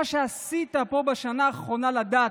מה שעשית פה בשנה האחרונה לדת,